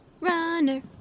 Runner